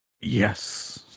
Yes